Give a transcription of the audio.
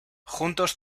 juntos